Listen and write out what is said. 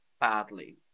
badly